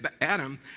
Adam